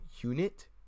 unit